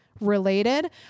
related